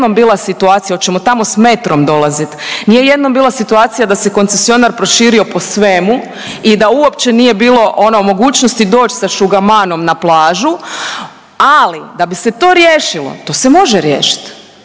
nije jednom bila situacija. Hoćemo tamo s metrom dolaziti? Nije jednom bila situacija da se koncesionar proširio po svemu i da uopće nije bilo ono mogućnosti doći sa šugamanom na plažu, ali da bi se to riješilo to se može riješiti.